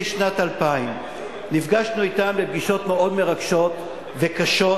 שנת 2000. נפגשנו אתם בפגישות מאוד מרגשות וקשות,